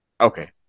Okay